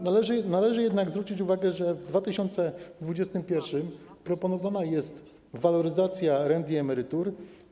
Należy jednak zwrócić uwagę, że w 2021 r. proponowana jest waloryzacja rent i emerytur.